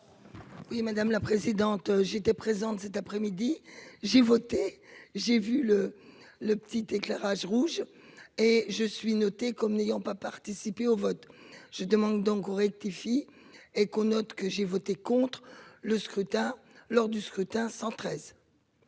Oui madame la présidente, j'étais présente cet après-midi j'ai voté, j'ai vu le, le petit éclairage rouge et je suis notée comme n'ayant pas participé au vote. Je demande donc on rectifie et qu'on note que j'ai voté contre le scrutin lors du scrutin. 113.